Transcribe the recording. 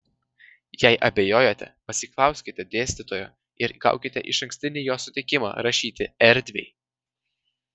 jei abejojate pasiklauskite dėstytojo ir gaukite išankstinį jo sutikimą rašyti erdviai